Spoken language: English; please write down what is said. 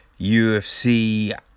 UFC